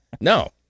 No